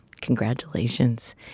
Congratulations